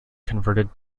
converted